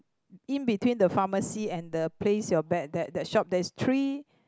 in between the pharmacy and the place your bet that shop there's three